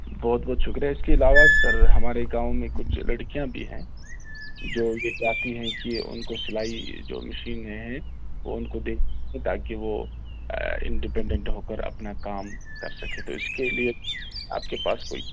بہت بہت شکریہ اس کے علاوہ سر ہمارے گاؤں میں کچھ لڑکیاں بھی ہیں جو یہ چاہتی ہیں کہ ان کو سلائی جو مشینیں ہیں وہ ان کو دیں تاکہ وہ انڈپنڈنٹ ہو کر اپنا کام کر سکیں تو اس کے لیے آپ کے پاس کوئی